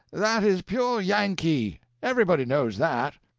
that is pure yankee everybody knows that.